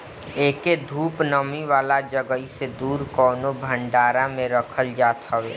एके धूप, नमी वाला जगही से दूर कवनो भंडारा में रखल जात हवे